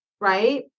right